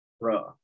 Bro